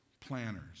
planners